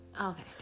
Okay